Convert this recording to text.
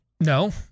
no